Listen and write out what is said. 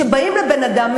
שבאים לבן-אדם,